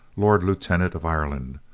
lord lieutenant of ireland,